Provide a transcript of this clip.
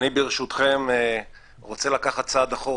ואני, ברשותכם, רוצה לקחת צעד אחורה.